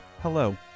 Hello